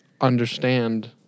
understand